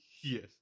Yes